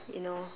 you know